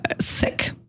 sick